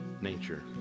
nature